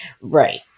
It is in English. Right